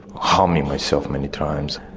harming myself many times.